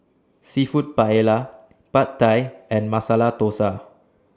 Seafood Paella Pad Thai and Masala Dosa